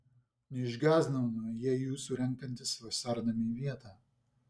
neišgąsdino jie jūsų renkantis vasarnamiui vietą